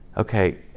okay